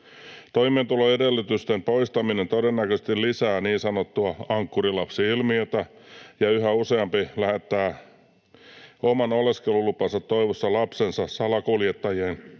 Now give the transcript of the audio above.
Toimeentuloedellytysten poistaminen todennäköisesti lisää niin sanottua ankkurilapsi-ilmiötä, ja yhä useampi lähettää oman oleskelulupansa toivossa lapsensa salakuljettajien kautta